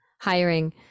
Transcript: hiring